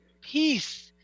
peace